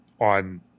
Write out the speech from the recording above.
on –